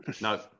no